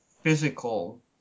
physical